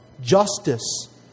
justice